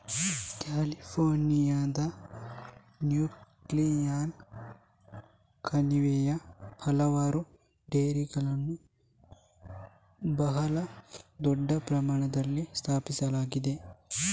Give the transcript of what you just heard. ಕ್ಯಾಲಿಫೋರ್ನಿಯಾದ ಸ್ಯಾನ್ಜೋಕ್ವಿನ್ ಕಣಿವೆಯಲ್ಲಿ ಹಲವಾರು ಡೈರಿಗಳನ್ನು ಬಹಳ ದೊಡ್ಡ ಪ್ರಮಾಣದಲ್ಲಿ ಸ್ಥಾಪಿಸಲಾಗಿದೆ